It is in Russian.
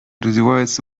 развивается